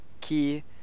key